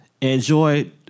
enjoy